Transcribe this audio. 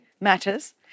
matters